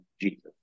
Jesus